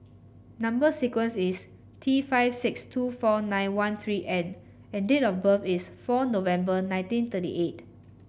number sequence is T five six two four nine one three N and and date of birth is four November nineteen thirty eight